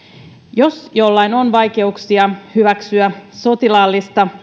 jos jollain on vaikeuksia hyväksyä sotilaalliseen